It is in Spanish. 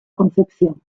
concepción